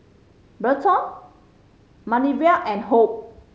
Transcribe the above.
Berton Manervia and Hope